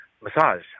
massage